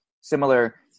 similar